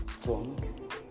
strong